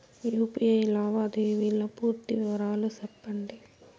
UPI లావాదేవీల పూర్తి వివరాలు సెప్పండి?